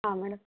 ಹಾಂ ಮೇಡಮ್